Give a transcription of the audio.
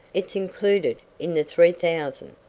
it's included in the three thousand,